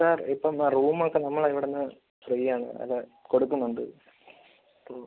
sir ഇപ്പം ആ റൂമൊക്കെ നമ്മളുടെ ഇവിടുന്ന് ഫ്രീയാണ് അത് കൊടുക്കുന്നുണ്ട് അപ്പോൾ